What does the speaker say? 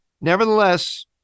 Nevertheless